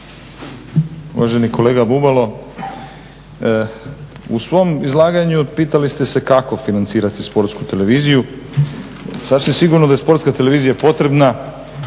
Uvaženi kolega Bubalo, u svom izlaganju pitali ste se kako financirati Sportsku televiziju, sasvim sigurno da je Sportska televizija potrebna